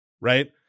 Right